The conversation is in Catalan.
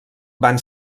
van